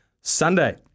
Sunday